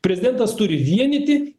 prezidentas turi vienyti